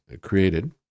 created